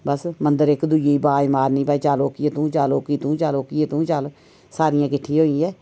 बस मंदर इक दूई गी अवाज़ मारनी ते भई तूं चल ओह्की तूं चल ओह्की तूं चल सारियें किट्ठी होइयै